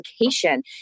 application